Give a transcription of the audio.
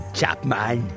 Chapman